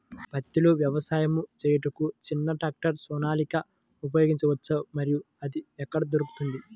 పత్తిలో వ్యవసాయము చేయుటకు చిన్న ట్రాక్టర్ సోనాలిక ఉపయోగించవచ్చా మరియు అది ఎక్కడ దొరుకుతుంది?